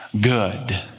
good